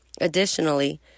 Additionally